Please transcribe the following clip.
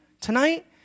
tonight